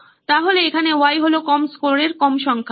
সুতরাং এখানে Y হলো কম স্কোরের কম সংখ্যা